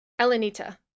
Elenita